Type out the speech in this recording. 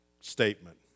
statement